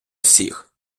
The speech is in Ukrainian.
всіх